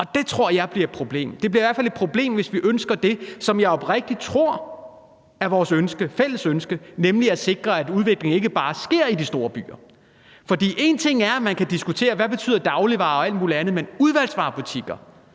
hvert fald et problem, hvis vi ønsker det, som jeg oprigtigt tror er vores fælles ønske, nemlig at sikre, at udviklingen ikke bare sker i de store byer. For en ting er, at man kan diskutere, hvad dagligvarer og alt mulig andet betyder, men når det gælder udvalgsvarebutikker,